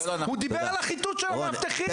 הוא דיבר על החיטוט של המאבטחים.